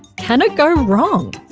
can it go wrong?